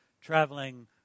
traveling